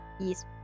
Yes